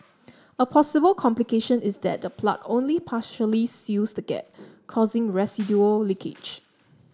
a possible complication is that the plug only partially seals the gap causing residual leakage